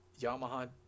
Yamaha